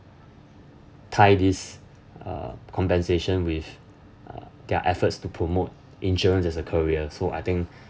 tie this uh compensation with uh their efforts to promote insurance as a career so I think